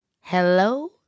Hello